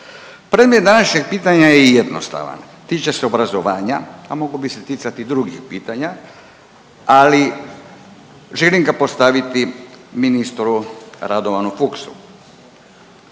Predmet današnjeg pitanja je jednostavan. Tiče se obrazovanja, a mogao bi se ticati i drugih pitanja, ali želim ga postaviti ministru Radovanu Fuchsu.